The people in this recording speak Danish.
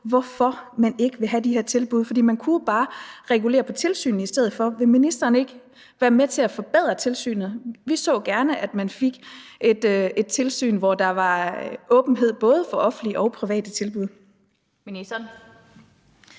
hvorfor man ikke vil have de her tilbud, for man kunne jo bare regulere på tilsynet i stedet for. Vil ministeren ikke være med til at forbedre tilsynet? Vi så gerne, at man fik et tilsyn, hvor der var åbenhed både for offentlige og private tilbud. Kl.